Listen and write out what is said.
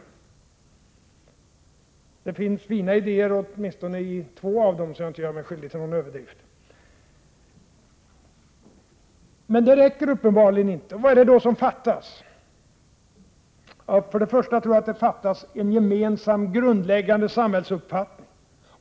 Jag vill säga att det finns fina idéer i åtminstone två av dem — för att inte göra mig skyldig till någon överdrift. Men detta räcker uppenbarligen inte. Vad är det då som fattas? För det första tror jag att det fattas en gemensam, grundläggande samhällsuppfattning.